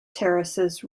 terraces